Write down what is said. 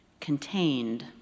contained